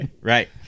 Right